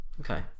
Okay